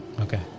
Okay